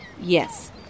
Yes